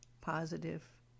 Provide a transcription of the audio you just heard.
positive